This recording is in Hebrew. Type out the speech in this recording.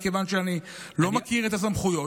מכיוון שאני לא מכיר את הסמכויות,